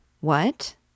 What